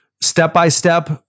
step-by-step